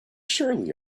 surely